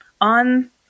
on